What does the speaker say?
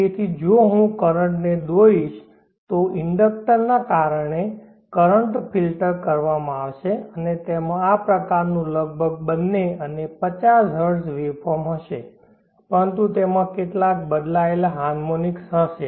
તેથી જો હું કરંટ ને દોરીશ તો ઇન્ડક્ટર ના કારણે કરંટ ફિલ્ટર કરવામાં આવશે અને તેમાં આ પ્રકારનું લગભગ બંને અને 50 હર્ટ્ઝ વેવફોર્મ હશે પરંતુ તેમાં કેટલાક બદલાયેલા હાર્મોનિક્સ હશે